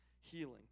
healing